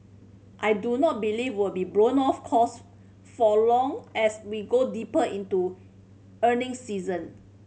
I do not believe will be blown off course for long as we go deeper into earnings season